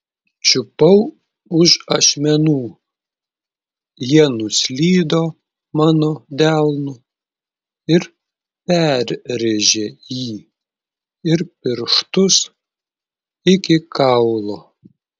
čiupau už ašmenų jie nuslydo mano delnu ir perrėžė jį ir pirštus iki kaulo